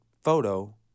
photo